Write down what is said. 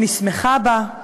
אני שמחה בה,